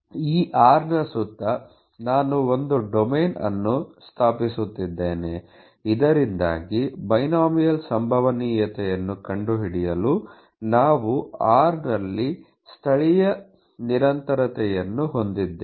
ಈ r ನ ಸುತ್ತ ನಾನು ಒಂದು ಡೊಮೇನ್ ಅನ್ನು ಸ್ಥಾಪಿಸುತ್ತಿದ್ದೇನೆ ಇದರಿಂದಾಗಿ ಬೈನೋಮಿಯಲ್ ಸಂಭವನೀಯತೆಯನ್ನು ಕಂಡುಹಿಡಿಯಲು ನಾವು r ನಲ್ಲಿ ಸ್ಥಳೀಯ ನಿರಂತರತೆಯನ್ನು ಹೊಂದಿದ್ದೇವೆ